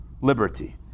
liberty